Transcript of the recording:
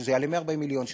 שזה יעלה 140 מיליון,